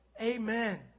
amen